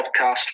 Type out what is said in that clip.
podcast